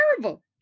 terrible